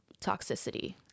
toxicity